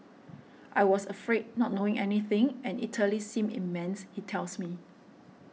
I was afraid not knowing anything and Italy seemed immense he tells me